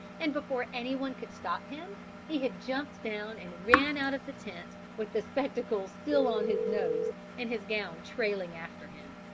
and before anyone could stop him he had jumped down and ran out of the tent, with the spectacles still on his nose and his gown trailing after him.